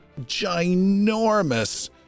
ginormous